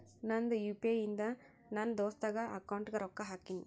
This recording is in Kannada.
ನಂದ್ ಯು ಪಿ ಐ ಇಂದ ನನ್ ದೋಸ್ತಾಗ್ ಅಕೌಂಟ್ಗ ರೊಕ್ಕಾ ಹಾಕಿನ್